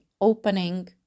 opening